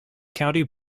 county